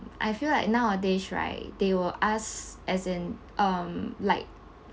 I feel like nowadays right they will ask as in um like